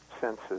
senses